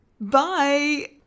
Bye